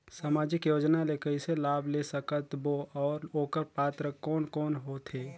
समाजिक योजना ले कइसे लाभ ले सकत बो और ओकर पात्र कोन कोन हो थे?